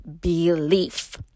belief